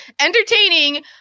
entertaining